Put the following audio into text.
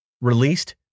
released